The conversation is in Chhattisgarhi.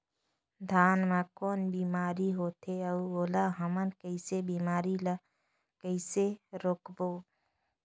धान मा कौन बीमारी होथे अउ ओला हमन कइसे बीमारी ला कइसे रोकबो?